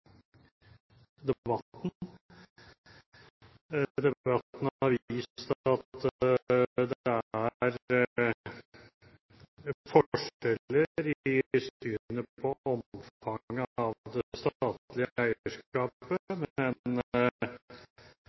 Debatten har vist at det er forskjeller i synet på omfanget av